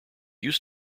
used